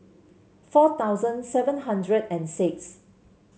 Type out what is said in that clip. four thousand seven hundred and six